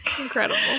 Incredible